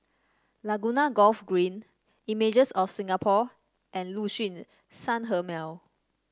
Laguna Golf Green Images of Singapore and Liuxun Sanhemiao